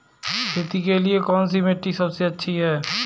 खेती के लिए कौन सी मिट्टी सबसे अच्छी है?